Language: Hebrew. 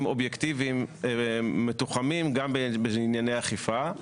אובייקטיבים מתוחמים גם בענייני אכיפה,